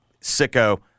sicko